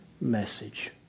message